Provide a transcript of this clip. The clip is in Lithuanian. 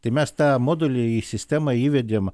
tai mes tą modulį į sistemą įvedėm